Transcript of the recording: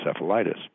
encephalitis